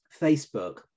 Facebook